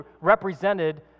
represented